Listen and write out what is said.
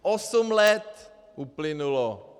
Osm let uplynulo.